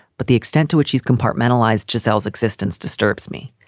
but the extent to which he's compartmentalised gisella's existence disturbs me.